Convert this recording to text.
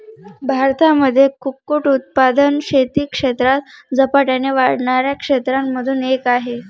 भारतामध्ये कुक्कुट उत्पादन शेती क्षेत्रात झपाट्याने वाढणाऱ्या क्षेत्रांमधून एक आहे